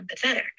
empathetic